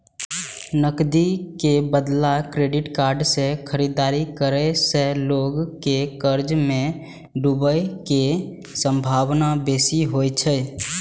नकदी के बदला क्रेडिट कार्ड सं खरीदारी करै सं लोग के कर्ज मे डूबै के संभावना बेसी होइ छै